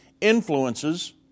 influences